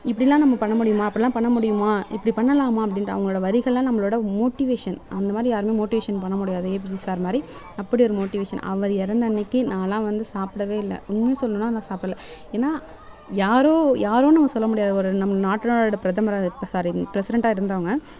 இப்படிலாம் நம்ம பண்ண முடியுமா அப்படிலாம் பண்ண முடியுமா இப்படி பண்ணலாமா அப்படின்ட்டு அவங்களோட வரிகளெலாம் நம்மளோட மோட்டிவேஷன் அந்த மாதிரி யாருமே மோட்டிவேஷன் பண்ண முடியாது ஏபிஜெ சார் மாதிரி அப்படி ஒரு மோட்டிவேஷன் அவர் இறந்த அன்னிக்கி நானெலாம் வந்து சாப்பிடவே இல்லை உண்மையாக சொல்லணுனா நான் சாப்பிட்ல ஏன்னால் யாரோ யாரோன்னு நம்ம சொல்ல முடியாது நம் நாட்டோட பிரதமராக சாரி ப்ரெசிடெண்ட்டாக இருந்தவங்க